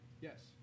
Yes